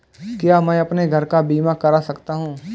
क्या मैं अपने घर का बीमा करा सकता हूँ?